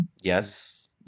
Yes